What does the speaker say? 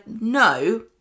no